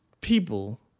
people